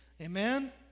amen